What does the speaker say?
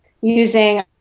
using